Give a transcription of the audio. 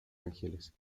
ángeles